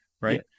right